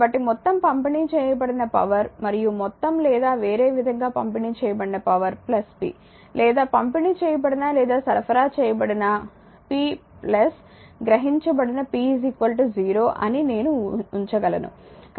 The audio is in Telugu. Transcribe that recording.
కాబట్టి మొత్తం పంపిణీ చేయబడిన పవర్ మరియు మొత్తం లేదా వేరే విధంగా పంపిణీ చేయబడిన పవర్ p లేదా పంపిణీ చేయబడిన లేదా సరఫరా చేయబడినp గ్రహించబడిన p 0 అని నేను ఉంచగలను